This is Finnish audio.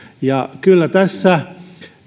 kyllä tässä